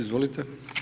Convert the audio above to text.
Izvolite.